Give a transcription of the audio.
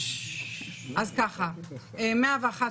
(שקף: משתתפים בהליך).